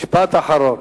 משפט אחרון.